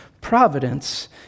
providence